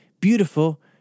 beautiful